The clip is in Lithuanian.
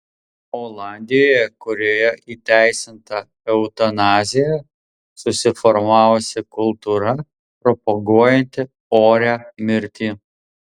olandijoje kurioje įteisinta eutanazija susiformavusi kultūra propaguojanti orią mirtį